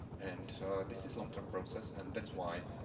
and this is long-term process. and that's why,